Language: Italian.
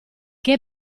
che